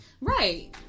right